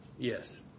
Yes